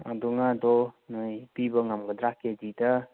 ꯑꯗꯨ ꯉꯥꯗꯣ ꯅꯣꯏ ꯄꯤꯕ ꯉꯝꯒꯗ꯭ꯔꯥ ꯀꯦꯖꯤꯗ